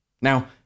Now